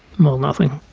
well, nothing.